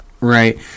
Right